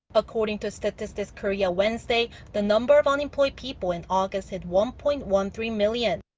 according to statistics korea wednesday, the number of unemployed people in august hit one-point-one-three million.